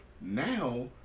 Now